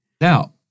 Now